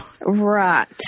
right